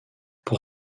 pour